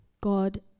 God